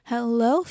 Hello